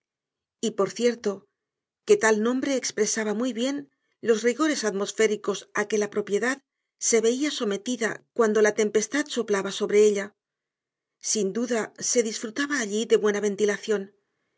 región y por cierto que tal nombre expresaba muy bien los rigores atmosféricos a que la propiedad se veía sometida cuando la tempestad soplaba sobre ella sin duda se disfrutaba allí de buena ventilación